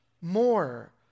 more